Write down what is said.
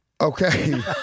Okay